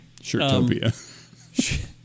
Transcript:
Shirtopia